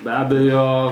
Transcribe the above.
be abejo